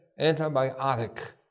antibiotic